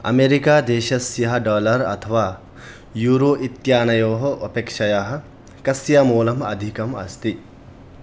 America देशस्य dollar अथवा euro इत्यनयोः अपेक्षया कस्य मूल्यम् अधिकम् अस्ति